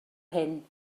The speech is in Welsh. hyn